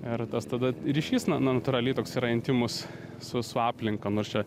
ir tas tada ryšys na natūraliai toks yra intymus su su aplinka nors čia